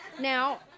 Now